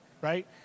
right